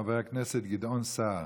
חבר הכנסת גדעון סער,